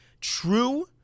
True